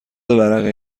ورقه